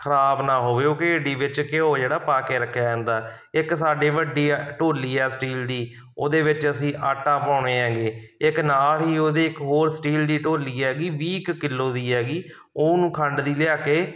ਖ਼ਰਾਬ ਨਾ ਹੋਵੇ ਉਹ ਘੇਰੜੀ ਵਿੱਚ ਘਿਓ ਜਿਹੜਾ ਪਾ ਕੇ ਰੱਖਿਆ ਜਾਂਦਾ ਇੱਕ ਸਾਡੇ ਵੱਡੀ ਹੈ ਢੋਲੀ ਹੈ ਸਟੀਲ ਦੀ ਉਹਦੇ ਵਿੱਚ ਅਸੀਂ ਆਟਾ ਪਾਉਂਦੇ ਹੈਗੇ ਇੱਕ ਨਾਲ ਹੀ ਉਹਦੇ ਇੱਕ ਹੋਰ ਸਟੀਲ ਦੀ ਢੋਲੀ ਹੈਗੀ ਵੀਹ ਕੁ ਕਿਲੋ ਦੀ ਹੈਗੀ ਉਹਨੂੰ ਖੰਡ ਦੀ ਲਿਆ ਕੇ